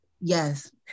yes